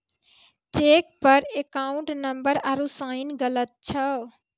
cheque पर account number आरू sign गलत छौ